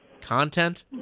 content